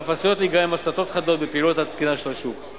ואף עשויות להיגרם הסטות חדות בפעילותו התקינה של השוק.